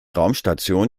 raumstation